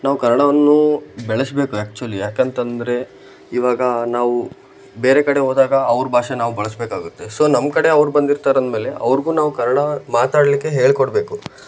ನಾವು ಕನ್ನಡವನ್ನು ಬೆಳೆಸಬೇಕು ಆ್ಯಕ್ಚುಲಿ ಯಾಕಂತಂದರೆ ಇವಾಗ ನಾವು ಬೇರೆ ಕಡೆ ಹೋದಾಗ ಅವ್ರ ಭಾಷೆ ನಾವು ಬಳಸಬೇಕಾಗುತ್ತೆ ಸೊ ನಮ್ಮಕಡೆ ಅವ್ರು ಬಂದಿರ್ತರಂದಮೇಲೆ ಅವ್ರಿಗೂ ನಾವು ಕನ್ನಡ ಮಾತಾಡಲಿಕ್ಕೆ ಹೇಳಿಕೊಡ್ಬೇಕು